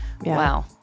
Wow